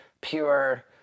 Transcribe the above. pure